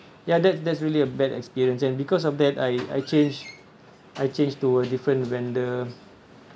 ya that's that's really a bad experience and because of that I I changed I changed to a different vendor